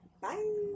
Bye